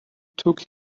took